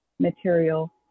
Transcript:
Material